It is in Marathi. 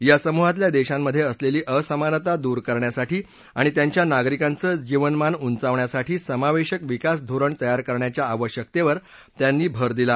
या समूहातल्या देशामध्ये असलेली असमानता दूर करण्यासाठी आणि त्यांच्या नागरिकांचं जीवनमान उंचावण्यासाठी समावेशक विकास धोरण तयार करण्याच्या आवश्यकतेवर त्यांनी भर दिला